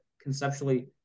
conceptually